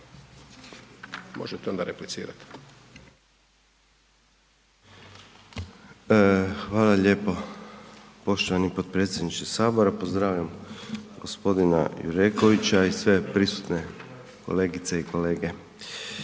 Slaven (MOST)** Hvala lijepo. Poštovani potpredsjedniče Sabora. Pozdravljam gospodina Jurekovića i sve prisutne kolegice i kolege.